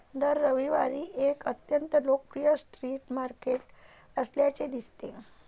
दर रविवारी एक अत्यंत लोकप्रिय स्ट्रीट मार्केट असल्याचे दिसते